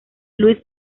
louis